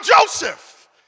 Joseph